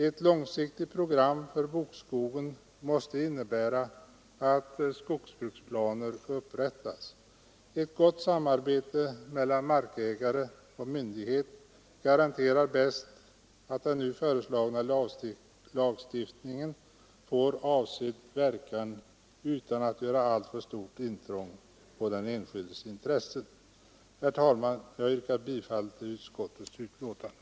Ett långsiktigt program för bokskogen måste innebära att skogsbruksplaner upprättas. Ett gott samarbete mellan markägare och myndighet garanterar bäst att den nu föreslagna lagstiftningen får avsedd verkan utan att göra alltför stort intrång på den enskildes intressen. Herr talman! Jag yrkar bifall till utskottets hemställan.